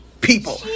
people